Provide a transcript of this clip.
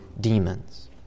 demons